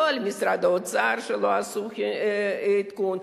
לא למשרד האוצר שלא עשו עדכון,